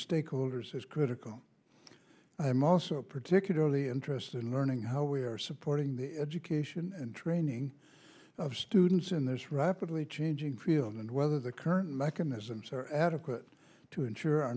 stakeholders is critical i'm also particularly interested in learning how we are supporting the education and training of students in this rapidly changing field and whether the current mechanisms are adequate to ensure our